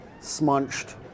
smunched